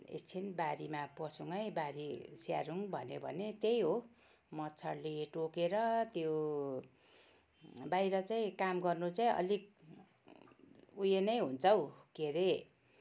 एकछिन बारीमा पसौँ है बारी स्याहारौँ भन्यो भने त्यही हो मच्छडले टोकेर त्यो बाहिर चाहिँ काम गर्नु चाहिँ अलिक उयो नै हुन्छ हौ के अरे